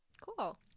cool